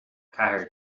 ceathair